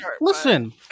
listen